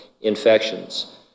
infections